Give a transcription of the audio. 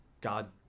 God